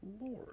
Lord